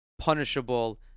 punishable